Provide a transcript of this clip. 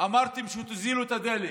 אמרתם שתוזילו את הדלק,